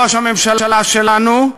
ראש הממשלה שלנו,